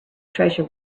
treasure